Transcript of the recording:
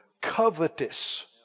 Covetous